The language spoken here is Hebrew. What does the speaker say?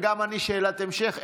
וגם אני שאלת המשך.